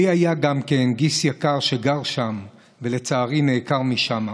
לי היה, גם כן, גיס יקר שגר שם, ולצערי נעקר משם.